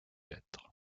lettres